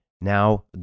Now